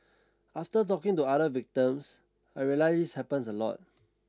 after talking to other victims I realised this happens a lot